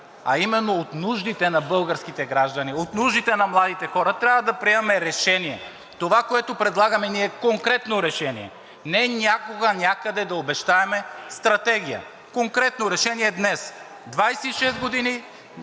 а именно от нуждите на българските граждани, от нуждите на младите хора трябва да приемаме решения. Това, което предлагаме ние, е конкретно решение – не някога, някъде да обещаем стратегия, конкретно решение днес – 26 години